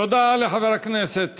תודה לחבר הכנסת